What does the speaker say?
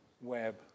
web